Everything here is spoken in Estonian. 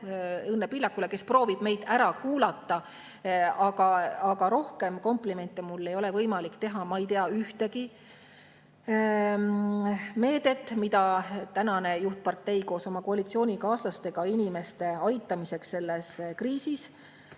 Õnne Pillakule, kes proovib meid ära kuulata. Aga rohkem komplimente mul ei ole võimalik teha. Ma ei tea ühtegi meedet, mida tänane juhtpartei koos oma koalitsioonikaaslastega inimeste aitamiseks selles kriisis